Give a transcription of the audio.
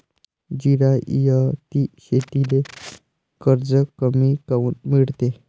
जिरायती शेतीले कर्ज कमी काऊन मिळते?